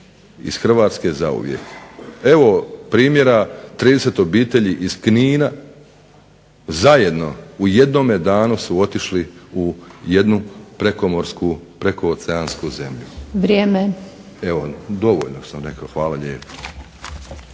iz Hrvatske zauvijek. Evo primjera 30 obitelji iz Knina, zajedno u jednome danu su otišli u jednu prekooceansku zemlju. Dovoljno sam rekao, hvala lijepo.